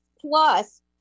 Plus